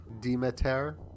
Demeter